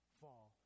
fall